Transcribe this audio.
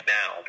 now